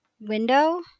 window